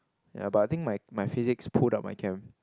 ya but I think my my physics pulled up my chem